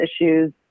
issues